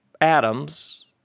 atoms